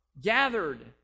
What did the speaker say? gathered